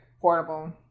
portable